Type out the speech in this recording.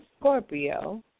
Scorpio